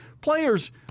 players